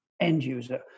end-user